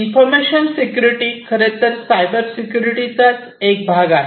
information security खरेतर cyber security चा एक भाग आहे